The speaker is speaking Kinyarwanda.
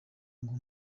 ngo